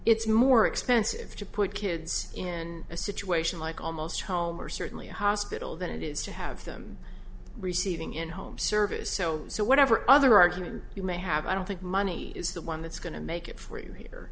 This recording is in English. it's more expensive to put kids in a situation like almost home or certainly hospital than it is to have them receiving in home service so so whatever other argument you may have i don't think money is the one that's going to make it for you